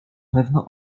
pewno